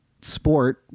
sport